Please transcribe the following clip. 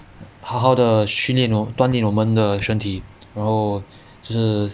好好地训练我锻炼我们的身体然后就是